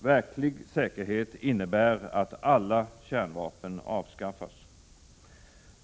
Verklig säkerhet innebär att alla kärnvapen avskaffas.